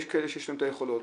יש כאלה שיש להם את היכולות,